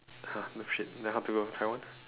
!huh! noob shit then how to taiwan